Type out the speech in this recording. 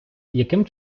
яким